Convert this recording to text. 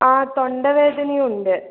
ആ തൊണ്ടവേദനയും ഉണ്ട്